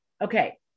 Okay